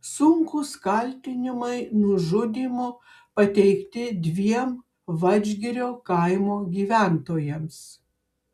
sunkūs kaltinimai nužudymu pateikti dviem vadžgirio kaimo gyventojams